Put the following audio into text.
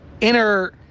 inner